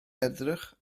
edrych